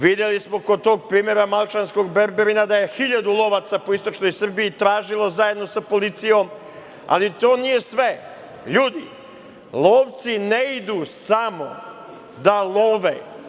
Videli smo kod tog primera Malčanskog berberina da je hiljadu lovaca po istočnoj Srbiji tražilo zajedno sa policijom, ali to nije sve ljudi lovci ne idu samo da love.